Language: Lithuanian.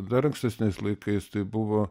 dar ankstesniais laikais tai buvo